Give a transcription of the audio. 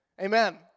Amen